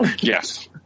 yes